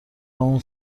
اون